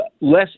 less